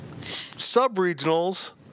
sub-regionals